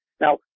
Now